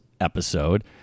episode